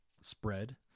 spread